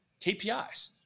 KPIs